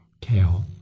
kale